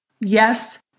Yes